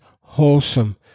wholesome